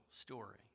story